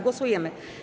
Głosujemy.